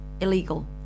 illegal